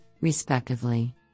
respectively